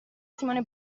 simone